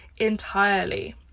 entirely